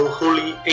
holy